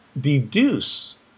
deduce